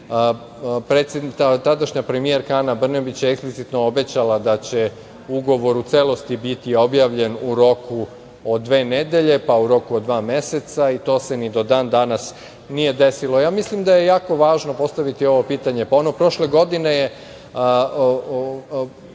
Tadašnja premijerka Ana Brnabić je eksplicitno obećala da će ugovor o celosti biti objavljen u roku od dve nedelje, pa u roku od dva meseca, i to se ni do dan danas nije desilo. Mislim da je jako važno postaviti ovo pitanje.